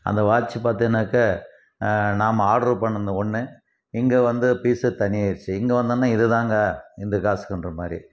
அந்த வாட்ச்சு பார்த்திங்கனாக்க நாம் ஆட்ரு பண்ணிணது ஒன்று இங்கே வந்த பீசு தனியாக ஆயிடுச்சு இங்கே வந்தோடன இது தாங்க இந்த காசுக்குன்ற மாதிரி